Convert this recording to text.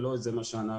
ולא את זה אנחנו מבקשים.